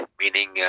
Meaning